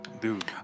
Dude